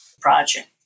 Project